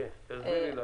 תסבירי לנו.